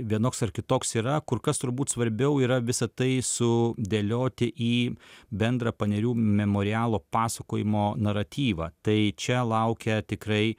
vienoks ar kitoks yra kur kas turbūt svarbiau yra visa tai su dėlioti į bendrą panerių memorialo pasakojimo naratyvą tai čia laukia tikrai